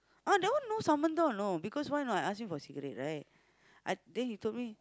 ah that one no know because why not I ask him for cigarette right I then he told me